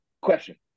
question